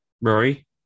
Rory